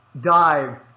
dive